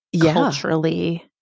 culturally